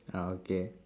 uh okay